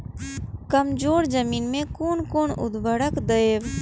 कमजोर जमीन में कोन कोन उर्वरक देब?